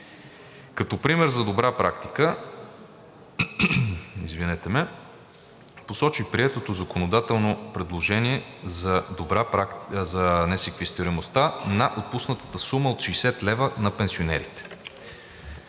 Като пример за добра практика посочи приетото законодателно предложение за несеквестируемостта на отпуснатата сума от 60 лева на пенсионерите.